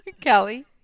Kelly